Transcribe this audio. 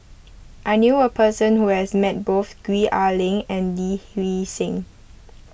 I knew a person who has met both Gwee Ah Leng and Lee Hee Seng